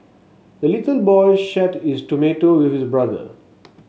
the little boy shared his tomato with his brother